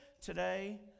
today